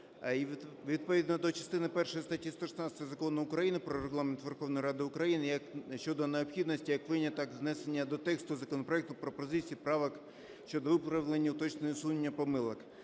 відповідно до частини першої статті 116 Закону України "Про Регламент Верховної Ради України" щодо необхідності як виняток внесення до тексту законопроекту пропозицій, правок щодо виправлення, уточнення, усунення помилок,